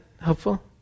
helpful